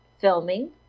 filming